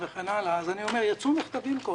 אני אומר: יצאו מכתבים קודם,